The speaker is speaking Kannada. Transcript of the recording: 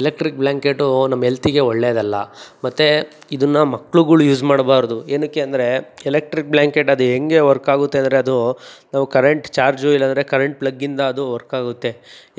ಎಲೆಕ್ಟ್ರಿಕ್ ಬ್ಲ್ಯಾಂಕೆಟು ನಮ್ಮ ಹೆಲ್ತಿಗೆ ಒಳ್ಳೆದಲ್ಲ ಮತ್ತು ಇದನ್ನ ಮಕ್ಳುಗಳ್ ಯೂಸ್ ಮಾಡಬಾರ್ದು ಏನಕ್ಕೆ ಅಂದರೆ ಎಲೆಕ್ಟ್ರಿಕ್ ಬ್ಲ್ಯಾಂಕೆಟ್ ಅದು ಹೆಂಗೆ ವರ್ಕಾಗುತ್ತೆ ಅಂದರೆ ಅದು ನಾವು ಕರೆಂಟ್ ಚಾರ್ಜು ಇಲ್ಲಾಂದರೆ ಕರೆಂಟ್ ಪ್ಲಗಿಂದ ಅದು ವರ್ಕಾಗುತ್ತೆ